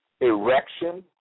erection